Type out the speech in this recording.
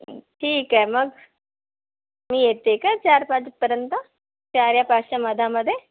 ठीक आहे मग मी येते काय चार पाच पर्यंत चार या पाचच्या मधामध्ये